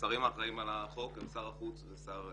השרים האחראים על החוק הם שר החוץ ושר החינוך,